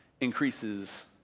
increases